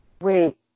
wait